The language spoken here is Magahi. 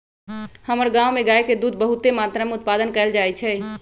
हमर गांव में गाय के दूध बहुते मत्रा में उत्पादन कएल जाइ छइ